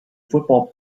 football